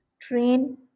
train